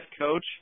coach